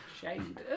shame